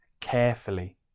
Carefully